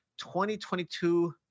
2022